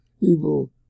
evil